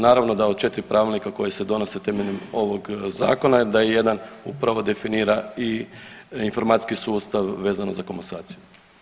Naravno da od 4 pravilnika koji se donose temeljem ovog zakona da jedan upravo definira i informacijski sustav vezano za komasaciju.